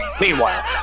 Meanwhile